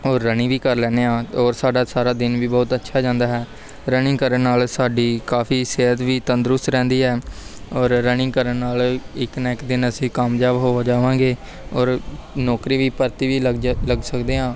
ਔਰ ਰਨਿੰਗ ਵੀ ਕਰ ਲੈਂਦੇ ਹਾਂ ਔਰ ਸਾਡਾ ਸਾਰਾ ਦਿਨ ਵੀ ਬੁਹਤ ਅੱਛਾ ਜਾਂਦਾ ਹੈ ਰਨਿੰਗ ਕਰਨ ਨਾਲ ਸਾਡੀ ਕਾਫੀ ਸਿਹਤ ਵੀ ਤੰਦਰੁਸਤ ਰਹਿੰਦੀ ਹੈ ਔਰ ਰਨਿੰਗ ਕਰਨ ਨਾਲ ਇੱਕ ਨਾ ਇੱਕ ਦਿਨ ਅਸੀਂ ਕਾਮਯਾਬ ਹੋ ਜਾਵਾਂਗੇ ਔਰ ਨੌਕਰੀ ਵੀ ਭਰਤੀ ਵੀ ਲੱਗ ਜਾ ਲੱਗ ਸਕਦੇ ਹਾਂ